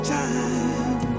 time